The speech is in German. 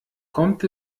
kommt